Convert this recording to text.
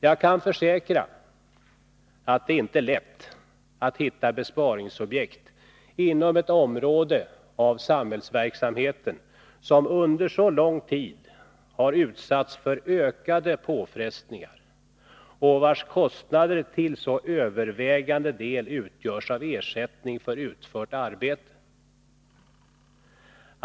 Jag kan försäkra att det inte är lätt att hitta besparingsobjekt inom ett område av samhällsverksamheten som under så lång tid har utsatts för ökade påfrestningar och vars kostnader till övervägande del utgörs av ersättning för utfört arbete.